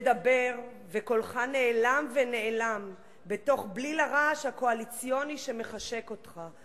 מדבר וקולך נעלם ונאלם בתוך בליל הרעש הקואליציוני שמחשק אותך,